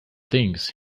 things